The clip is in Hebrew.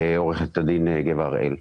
עורכת הדין גבע הראל.